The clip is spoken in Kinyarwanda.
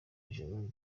ijoro